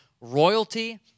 royalty